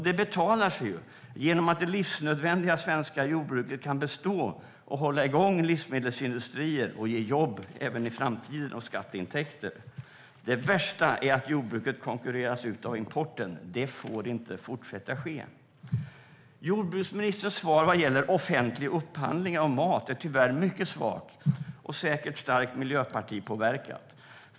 Det betalar sig genom att det livsnödvändiga svenska jordbruket kan bestå, hålla igång livsmedelsindustrier och ge jobb och skatteintäkter även i framtiden. Det värsta är att jordbruket konkurreras ut av importen. Det får inte fortsätta att ske. Jordbruksministerns svar vad gäller offentlig upphandling av mat är tyvärr mycket svagt och säkert starkt miljöpartipåverkat.